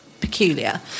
peculiar